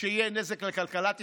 שיהיה נזק לכלכלת ישראל.